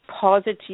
positive